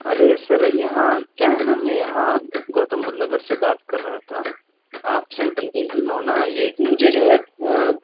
ارے sir یہاں کیا ہے نا میں یہاں گوتم بدھ نگر سے بات کر رہا تھا آپ سینٹرل دہلی میں ہو نا یہ ایک مجھے جو ہے